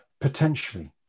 potentially